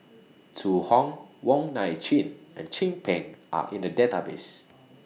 Zhu Hong Wong Nai Chin and Chin Peng Are in The Database